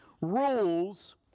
rules